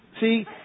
See